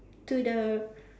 to the